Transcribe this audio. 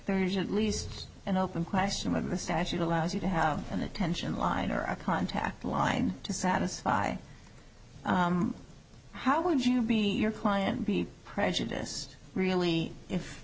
there is at least an open question of the statute allows you to have an attention line or a contact line to satisfy how would you be your client be prejudice really if